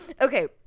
Okay